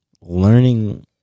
Learning